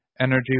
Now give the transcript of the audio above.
energy